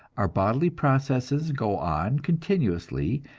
our bodily processes go on continuously,